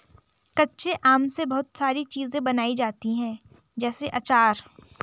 कच्चे आम से बहुत सारी चीज़ें बनाई जाती है जैसे आचार